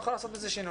נוכל לעשות בזה שינוי.